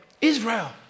Israel